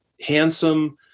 handsome